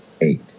eight